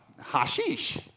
Hashish